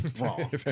wrong